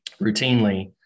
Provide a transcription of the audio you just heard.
routinely